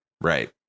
right